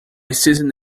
season